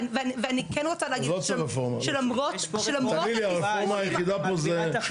ואני כן רוצה להגיד שלמרות, למרות התסכול --- לא